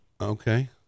Okay